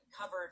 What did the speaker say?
covered